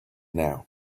now